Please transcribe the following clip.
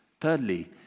Thirdly